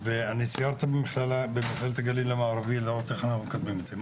וציינת את המכללה מכללת הגליל המערבי לראות איך אנחנו מקדמים את זה.